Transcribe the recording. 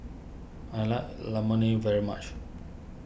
I like Imoni very much